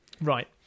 right